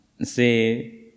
say